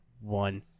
one